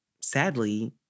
sadly